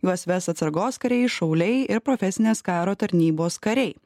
juos ves atsargos kariai šauliai ir profesinės karo tarnybos kariai